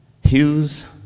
Hughes